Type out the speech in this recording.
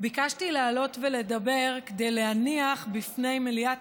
ביקשתי לעלות ולדבר כדי להניח בפני מליאת